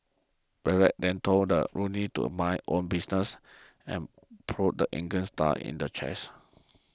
Barrett then told Rooney to mind his own business and prodded the England star in the chest